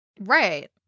Right